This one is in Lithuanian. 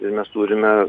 ir mes turime